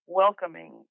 welcoming